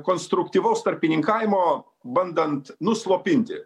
konstruktyvaus tarpininkavimo bandant nuslopinti